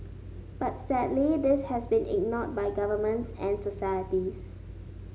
but sadly this has been ignored by governments and societies